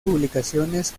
publicaciones